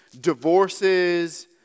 divorces